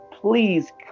please